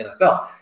NFL